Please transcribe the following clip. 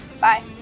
Bye